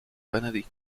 benedict